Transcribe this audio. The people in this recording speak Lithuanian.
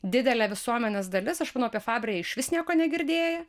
didelė visuomenės dalis aš manau apie fabre išvis nieko negirdėję